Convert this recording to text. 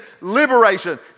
liberation